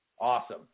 Awesome